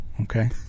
Okay